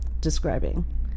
describing